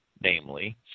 namely